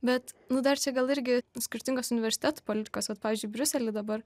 bet nu dar čia gal irgi skirtingos universitetų politikos vat pavyzdžiui briusely dabar